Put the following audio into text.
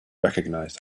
recognize